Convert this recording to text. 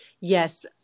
Yes